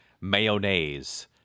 mayonnaise